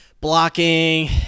blocking